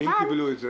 ואם קיבלו את זה?